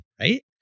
right